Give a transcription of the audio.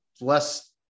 less